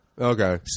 Okay